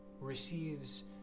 receives